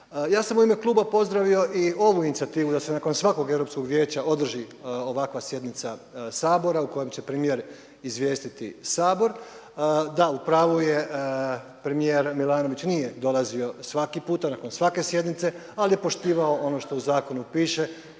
Ja sam u ime kluba pozdravio i ovu inicijativu da se nakon svakog Europskog vijeća održi ovakva sjednica Sabora u kojoj će premijer izvijestiti Sabor. Da u pravu je, premijer Milanović nije dolazio svaki puta, nakon svake sjednice ali je poštivao ono što u zakonu piše,